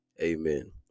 Amen